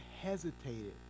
hesitated